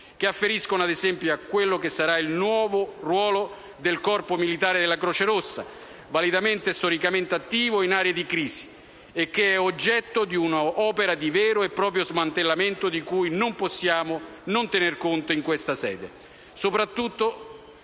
che afferiscono ad esempio a quello che sarà il ruolo del corpo militare della Croce Rossa, validamente e storicamente attivo in aree di crisi e che è oggetto di un'opera di vero e proprio smantellamento di cui non possiamo non tenere conto in questa sede,